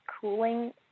cooling